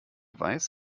weiß